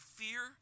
fear